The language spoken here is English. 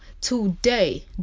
today